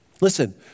Listen